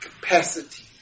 capacity